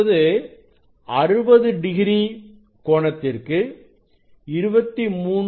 இப்பொழுது 60 டிகிரி கோணத்திற்கு 23